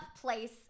place